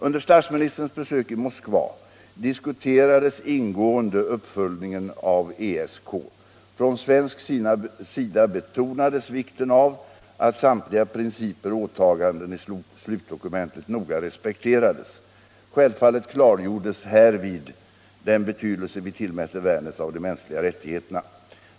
Under statsministerns besök i Moskva diskuterades ingående uppföljningen av ESK. Från svensk sida betonades vikten av att samtliga principer och åtaganden i slutdokumentet noga respekterades. Självfallet klargjordes härvid den betydelse vi tillmäter värnet av de mänskliga rättigheterna.